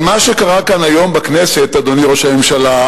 אבל מה שקרה כאן היום בכנסת, אדוני ראש הממשלה,